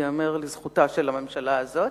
ייאמר לזכותה של הממשלה הזאת,